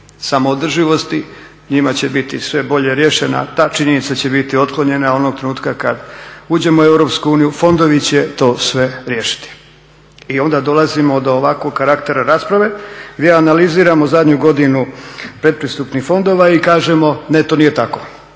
samoodrživosti njima će biti sve bolje riješena, ta činjenica će biti otklonjena onog trenutka kad uđemo u Europsku uniju. Fondovi će to sve riješiti. I onda dolazimo do ovakvog karaktera rasprave gdje analiziramo zadnju godinu pretpristupnih fondova i kažemo ne, to nije tako,